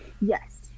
Yes